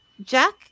Jack